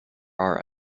are